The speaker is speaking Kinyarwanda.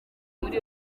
muri